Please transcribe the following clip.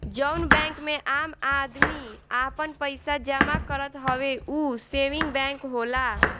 जउन बैंक मे आम आदमी आपन पइसा जमा करत हवे ऊ सेविंग बैंक होला